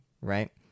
right